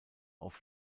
auf